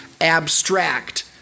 abstract